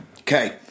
Okay